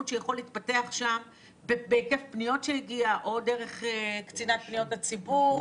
שיכול להתפתח שם בהיקף הפניות שהגיע או דרך קצינת פניות הציבור